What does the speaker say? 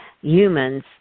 humans